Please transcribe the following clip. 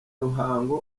ruhango